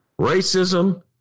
racism